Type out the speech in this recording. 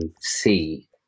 see